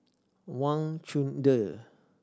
Wang Chunde